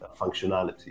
functionality